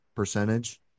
percentage